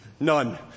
None